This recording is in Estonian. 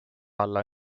alla